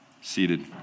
seated